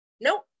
Nope